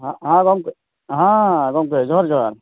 ᱦᱮᱸ ᱜᱚᱝᱠᱮ ᱦᱮᱸ ᱜᱚᱝᱠᱮ ᱡᱚᱦᱟᱨ ᱡᱚᱦᱟᱨ